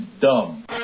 dumb